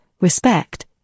respect